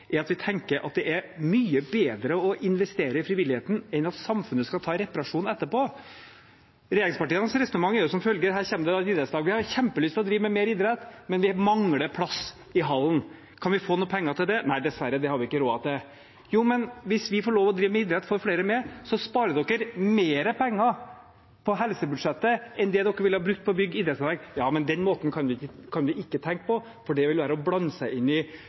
at vi tenker det er mye bedre å investere i frivilligheten enn at samfunnet skal ta reparasjonen etterpå. Regjeringspartienes resonnement er som følger: Her kommer et idrettslag. Vi har kjempelyst til å drive med mer idrett, men mangler plass i hallen, kan vi få noen penger til det? Nei dessverre, det har vi ikke råd til. Hvis vi får lov til å drive med idrett og får med flere, sparer dere mer penger på helsebudsjettet enn dere ville brukt på å bygge idrettsanlegg. Den måten kan vi ikke tenke på, for det vil være å blande seg inn i